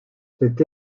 c’est